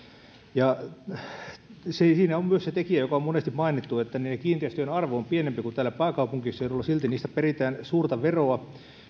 siinä on myös se tekijä joka on monesti mainittu että niiden kiinteistöjen arvo on pienempi kuin täällä pääkaupunkiseudulla ja silti niistä peritään suurta veroa